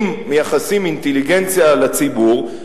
אם מייחסים אינטליגנציה לציבור,